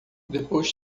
depois